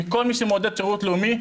כל מי שמעודד שירות לאומי,